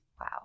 Wow